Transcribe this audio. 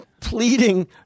pleading